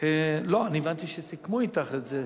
הזכות להיבחן בבחינות בגרות ללא תשלום),